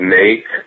make